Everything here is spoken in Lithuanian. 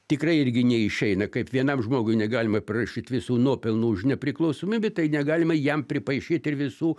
tikrai irgi neišeina kaip vienam žmogui negalima prirašyt visų nuopelnų už nepriklausomybę tai negalima jam pripaišyt ir visų